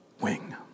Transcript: wing